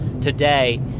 today